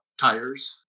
tires